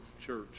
church